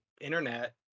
internet